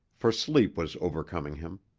for sleep was overcoming him.